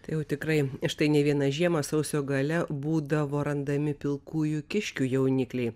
tai jau tikrai štai ne vieną žiemą sausio gale būdavo randami pilkųjų kiškių jaunikliai